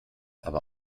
aber